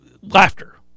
laughter